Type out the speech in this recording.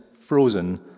frozen